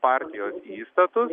partijos įstatus